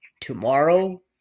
Tomorrow